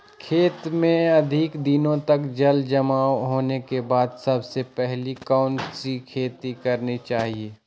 खेत में अधिक दिनों तक जल जमाओ होने के बाद सबसे पहली कौन सी खेती करनी चाहिए?